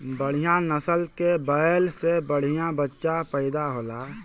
बढ़िया नसल के बैल से बढ़िया बच्चा पइदा होला